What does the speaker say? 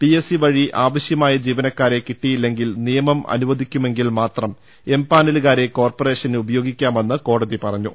P SC വഴി ആവശ്യ മായ ജീവനക്കാരെ കിട്ടിയില്ലെങ്കിൽ നിയമം അനുവദിക്കുമെങ്കിൽ മാത്രം എം പാനലുകാരെ കോർപ്പറേഷന് ഉപയോഗിക്കാമെന്ന് കോടതി പറഞ്ഞു